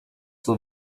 sto